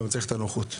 והנוחות.